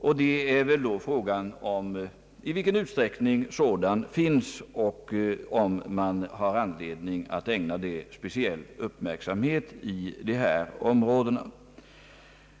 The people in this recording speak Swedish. Frågan är då i vilken utsträckning sådan finns och om man har anledning att ägna det speciell uppmärksamhet i dessa områden.